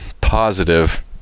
positive